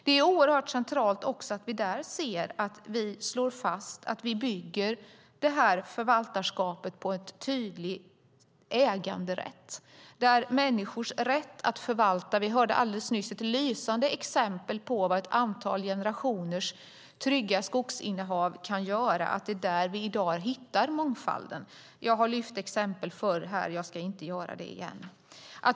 Det är oerhört centralt att vi slår fast att vi bygger förvaltarskapet på en tydlig äganderätt. Vi hörde alldeles nyss ett lysande exempel på vad ett antal generationers trygga skogsinnehav kan göra. Det är där vi i dag hittar mångfalden. Jag har nämnt exempel förut och ska inte göra det igen.